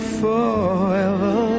forever